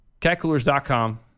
catcoolers.com